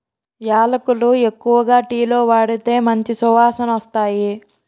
యాలకులు ఎక్కువగా టీలో వాడితే మంచి సువాసనొస్తాయి